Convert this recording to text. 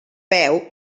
peu